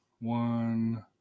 One